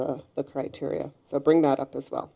the criteria so bring that up as well